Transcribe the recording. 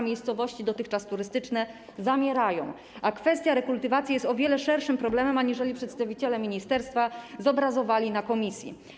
Miejscowości dotychczas turystyczne zamierają, a kwestia rekultywacji jest o wiele szerszym problemem, aniżeli przedstawiciele ministerstwa zobrazowali to na posiedzeniu komisji.